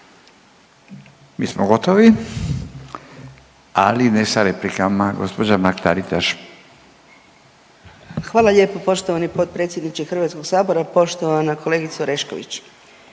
Mi smo gotovi, ali ne sa replikama. Gospođa Mrak-Taritaš. **Mrak-Taritaš, Anka (GLAS)** Hvala lijepo poštovani potpredsjedniče Hrvatskog sabora, poštovana kolegice Orešković.